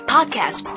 Podcast